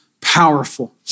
powerful